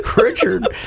Richard